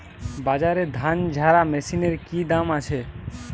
বাজারে ধান ঝারা মেশিনের কি দাম আছে?